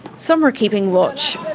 some are keeping watch.